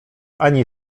ani